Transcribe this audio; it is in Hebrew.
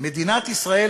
"מדינת ישראל,